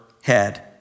head